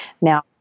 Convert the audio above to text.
now